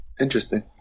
interesting